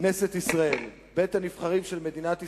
כנסת ישראל, בית- הנבחרים של מדינת ישראל,